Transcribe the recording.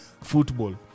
football